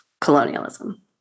colonialism